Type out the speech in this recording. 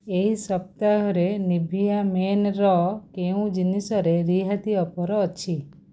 ଏହି ସପ୍ତାହରେ ନିଭିଆ ମେନ୍ର କେଉଁ ଜିନିଷରେ ରିହାତି ଅଫର୍ ଅଛି